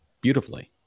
beautifully